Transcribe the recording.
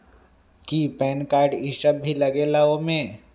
कि PAN card इ सब भी लगेगा वो में?